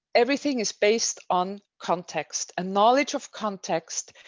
everything is based on context and knowledge of context.